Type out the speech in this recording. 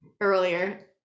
earlier